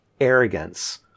arrogance